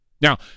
Now